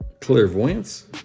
clairvoyance